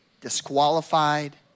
disqualified